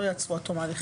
לא יעצרו עד תום ההליכים.